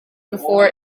before